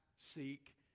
seek